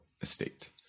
estate